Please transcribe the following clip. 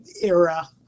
era